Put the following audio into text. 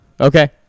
okay